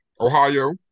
Ohio